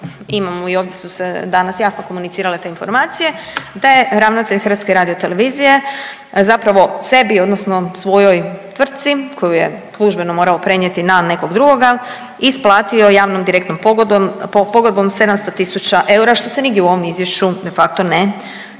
imamo i ovdje su se danas jasno komunicirale te informacije da je ravnatelj HRT-a zapravo sebi odnosno svojoj tvrtci koju je službeno morao prenijeti na nekog drugoga isplatio javnom direktnom pogodbom 700 tisuća eura što se nigdje u ovom izvješću de facto ne spominje,